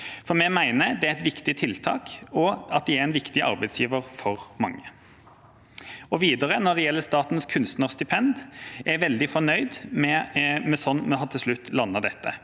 Vi mener at det er et viktig tiltak, og at de er en viktig arbeidsgiver for mange. Videre: Når det gjelder statens kunstnerstipend, er jeg veldig fornøyd med slik vi til slutt har landet dette.